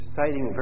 citing